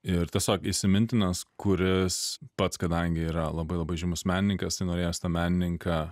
ir tiesiog įsimintinas kuris pats kadangi yra labai labai žymus menininkas tai norėjosi tą menininką